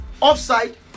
offside